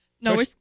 No